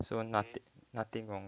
so nothing nothing wrong